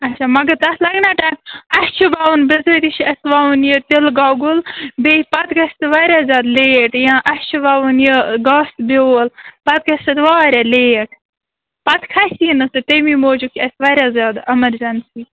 اَچھا مگر تتھ لَگہِ نا ٹایم اَسہِ چھُ وَوُن بِظٲتی چھُ اَسہِ وَوُن یہِ تِلہٕ گۄگُل بیٚیہِ پَتہٕ گَژھِ نہٕ واریاہ زیادٕ لیٹ یاں اَسہِ چھُ وَوُن یہِ گاسہٕ بیوٚل پَتہٕ گَژھِ تتھ واریاہ لیٹ پَتہٕ کھَسی نہٕ سُہ تَمے موٗجوٗب چھِ اَسہِ واریاہ زیادٕ امرجنسی